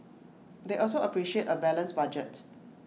they also appreciate A balanced budget